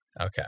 Okay